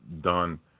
done